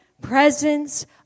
presence